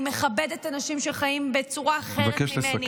אני מכבדת אנשים שחיים בצורה אחרת ממני,